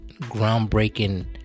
groundbreaking